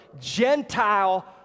Gentile